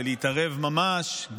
להתערב ממש,